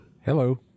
hello